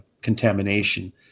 contamination